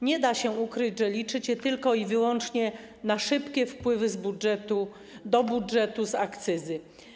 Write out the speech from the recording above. Nie da się ukryć, że liczycie tylko i wyłącznie na szybkie wpływy do budżetu z akcyzy.